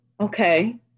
okay